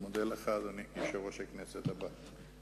אני מודה לך, אדוני יושב-ראש הכנסת הבא.